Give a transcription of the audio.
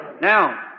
Now